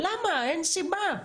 אין סיבה.